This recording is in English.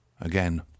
again